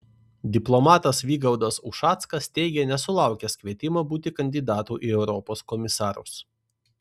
diplomatas vygaudas ušackas teigia nesulaukęs kvietimo būti kandidatu į europos komisarus